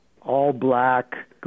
all-black